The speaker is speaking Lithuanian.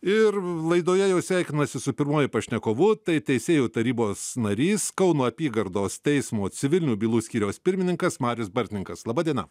ir laidoje jau sveikinuosi su pirmuoju pašnekovu tai teisėjų tarybos narys kauno apygardos teismo civilinių bylų skyriaus pirmininkas marius bartninkas laba diena